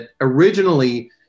originally